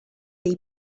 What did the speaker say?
dei